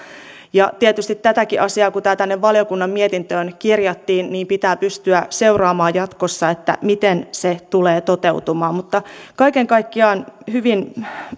tietysti tätäkin asiaa kun tämä tänne valiokunnan mietintöön kirjattiin pitää pystyä seuraamaan jatkossa sitä miten se tulee toteutumaan mutta kaiken kaikkiaan tämä on